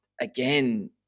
again